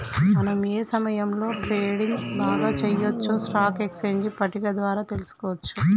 మనం ఏ సమయంలో ట్రేడింగ్ బాగా చెయ్యొచ్చో స్టాక్ ఎక్స్చేంజ్ పట్టిక ద్వారా తెలుసుకోవచ్చు